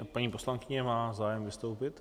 Paní poslankyně má zájem vystoupit.